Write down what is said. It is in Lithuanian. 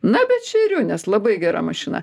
na bet šeriu nes labai gera mašina